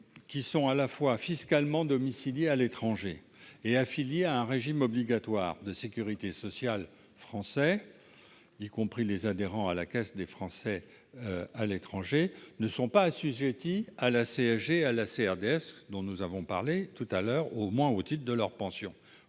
à la fois fiscalement domiciliés à l'étranger et affiliés à un régime obligatoire de sécurité sociale français, y compris les adhérents à la Caisse des Français à l'étranger, ne sont pas assujettis à la CSG et à la CRDS dont nous avons parlé, au moins au titre de leurs pensions.